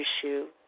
issue